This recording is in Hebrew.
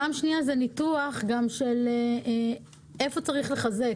פעם שנייה, זה ניתוח של איפה צריך לחזק.